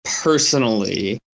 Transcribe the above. personally